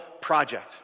Project